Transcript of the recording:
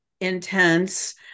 intense